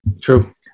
True